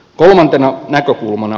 kolmantena näkökulmana